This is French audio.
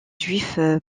juifs